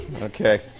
Okay